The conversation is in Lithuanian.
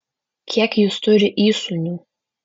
kiek jis turi įsūnių